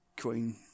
Queen